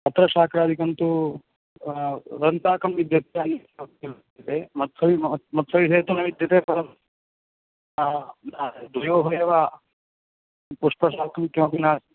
पत्रशाकादिकं तु वृन्ताकं विद्यते अन्यद् मत्स मत्सविधे तु न विद्यते परन्तु द्वयोः एव पुष्पशाकं किमपि नास्ति